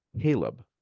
Caleb